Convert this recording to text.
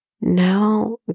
now